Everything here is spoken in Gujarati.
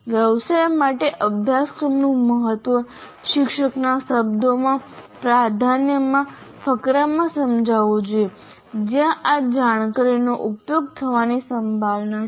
વ્યવસાય માટે અભ્યાસક્રમનું મહત્વ શિક્ષકના શબ્દોમાં પ્રાધાન્યમાં ફકરામાં સમજાવવું જોઈએ જ્યાં આ જાણકારી નો ઉપયોગ થવાની સંભાવના છે